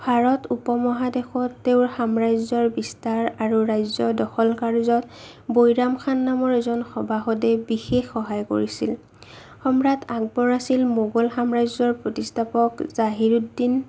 ভাৰত উপমহাদেশত তেওঁৰ সাম্ৰাজ্যৰ বিস্তাৰ আৰু ৰাজ্যৰ দখল কাৰ্য্যত বৈৰাম খান নামৰ এজন সভাসদে বিশেষ সহায় কৰিছিল সম্ৰাট আকবৰ আছিল মোগল সাম্ৰাজ্যৰ প্ৰতিস্থাপক জাহিৰোদ্দিন